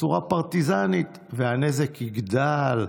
והנזק יגדל,